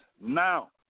Now